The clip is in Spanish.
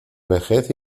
vejez